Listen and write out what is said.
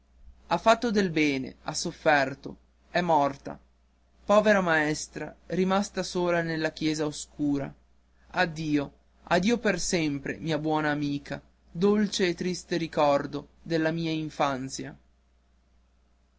ha fatto del bene ha sofferto è morta povera maestra rimasta sola nella chiesa oscura addio addio per sempre mia buona amica dolce e triste ricordo della mia infanzia